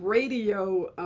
radio